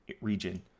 region